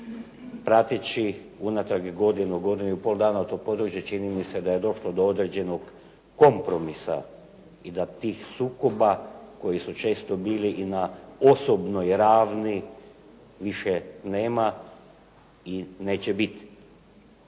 Prateći unatrag godinu i pol dana to područje čini mi se da je došlo do određenog kompromisa i da tih sukoba koji su često bili i na osobnoj ravni više nema i neće biti.